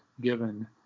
given